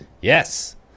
yes